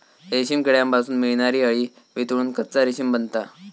रेशीम किड्यांपासून मिळणारी अळी वितळून कच्चा रेशीम बनता